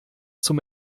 zum